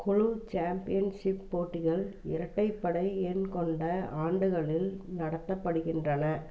குழு சாம்பியன்ஷிப் போட்டிகள் இரட்டைப்படை எண் கொண்ட ஆண்டுகளில் நடத்தப்படுகின்றன